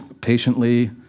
patiently